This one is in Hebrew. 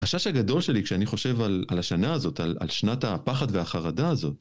החשש הגדול שלי כשאני חושב על השנה הזאת, על שנת הפחד והחרדה הזאת